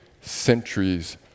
centuries